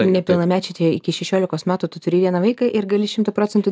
nepilnamečiai tai iki šešiolikos metų tu turi vieną vaiką ir gali šimtu procentų